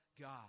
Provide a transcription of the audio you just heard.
God